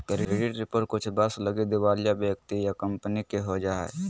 credit report कुछ वर्ष लगी दिवालिया व्यक्ति या कंपनी के हो जा हइ